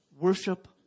worship